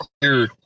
clear